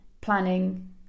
planning